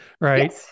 Right